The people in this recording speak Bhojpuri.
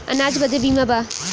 अनाज बदे बीमा बा